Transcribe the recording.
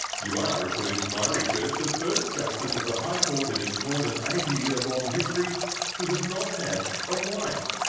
you are, according to my research, the first justice of the high court in its more than eighty year long history who has not had a wife.